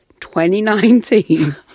2019